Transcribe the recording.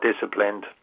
disciplined